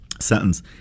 Sentence